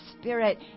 spirit